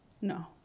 No